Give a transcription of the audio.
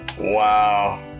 Wow